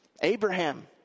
Abraham